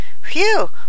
Phew